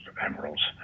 emeralds